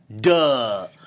Duh